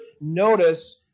Notice